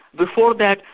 before that,